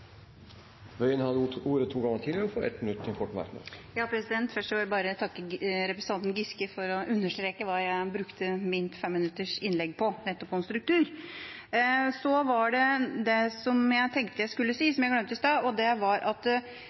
Wøien har hatt ordet to ganger tidligere og får ordet til en kort merknad, begrenset til 1 minutt. Først vil jeg takke representanten Giske for å understreke hva jeg brukte mitt femminuttersinnlegg på, som nettopp var om struktur. Det jeg tenkte jeg skulle si, som jeg glemte i sted, er at Senterpartiet ønsker å støtte forslag nr. 2, fra Arbeiderpartiet. Jeg vil oppfordre både Venstre og